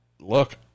Look